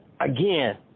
again